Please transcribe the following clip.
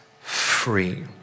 free